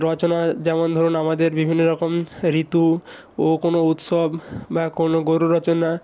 রচনা যেমন ধরুন আমাদের বিভিন্ন রকম ঋতু ও কোনো উৎসব বা কোনো গোরু রচনা